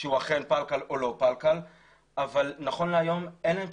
שהוא אכן פלקל או לא פלקל אבל נכון להיום אין להם את